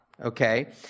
Okay